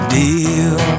deal